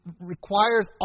requires